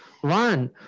One